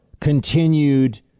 continued